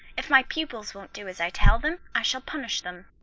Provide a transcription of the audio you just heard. if my pupils won't do as i tell them i shall punish them.